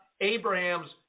Abraham's